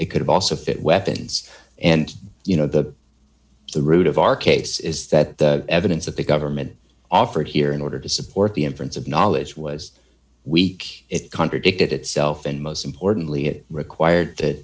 it could also fit weapons and you know the the root of our case is that the evidence that the government offered here in order to support the inference of knowledge was weak it contradicted itself and most importantly it required